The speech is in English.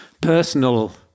personal